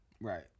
Right